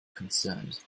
concerned